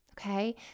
okay